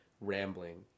rambling